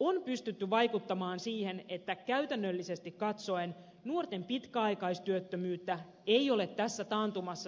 on pystytty vaikuttamaan siihen että käytännöllisesti katsoen nuorten pitkäaikaistyöttömyyttä ei ole tässä taantumassa syntynyt